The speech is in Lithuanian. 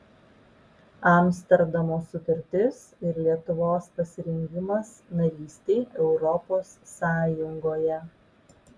amsterdamo sutartis ir lietuvos pasirengimas narystei europos sąjungoje